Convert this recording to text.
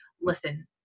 Listen